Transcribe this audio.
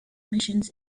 missions